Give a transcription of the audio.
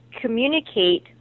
communicate